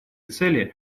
цели